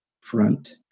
front